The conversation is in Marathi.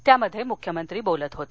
त्यामध्ये मुख्यमंत्री बोलत होते